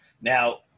Now